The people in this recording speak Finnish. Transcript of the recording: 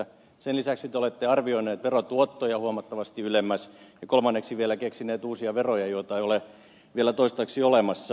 sen lisäksi te olette arvioineet verotuottoja huomattavasti ylemmäs ja kolmanneksi vielä keksineet uusia veroja joita ei ole vielä toistaiseksi olemassa